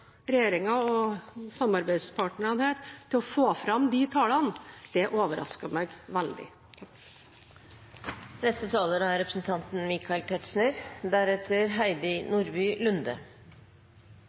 og samarbeidspartnerne om å få fram de tallene, overrasker meg veldig.